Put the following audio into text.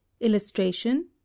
illustration